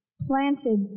planted